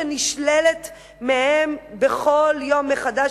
שנשללת מהם בכל יום מחדש.